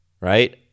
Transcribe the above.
right